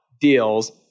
deals